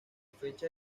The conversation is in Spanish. fecha